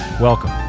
Welcome